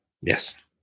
Yes